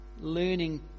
learning